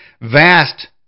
vast